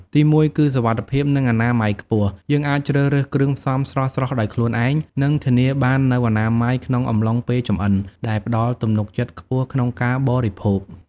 ទីមួយ គឺ សុវត្ថិភាព និងអនាម័យខ្ពស់ យើងអាចជ្រើសរើសគ្រឿងផ្សំស្រស់ៗដោយខ្លួនឯង និងធានាបាននូវអនាម័យក្នុងអំឡុងពេលចម្អិន ដែលផ្តល់ទំនុកចិត្តខ្ពស់ក្នុងការបរិភោគ។